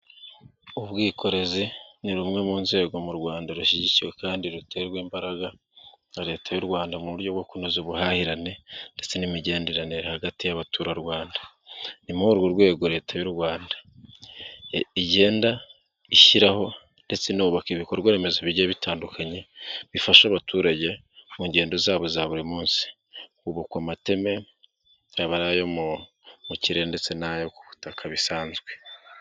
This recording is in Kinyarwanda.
Ubwikorezi ni rumwe mu nzego mu Rwanda rushyigikiwe kandi ruterwa imbaraga na Leta y'u Rwanda mu buryo bwo kunoza ubuhahirane ndetse n'imigenderanire hagati y'Abaturarwanda. Ni muri urwo rwego leta y'u Rwanda igenda ishyiraho ndetse ubaka ibikorwaremezo bijye bitandukanye bifasha abaturage mu ngendo zabo za buri munsi. Ubu ku mateme nyabarayo mu kirere ndetse n'ayo ku butaka bisanzwe.